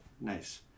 Nice